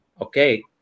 Okay